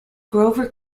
grover